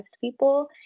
people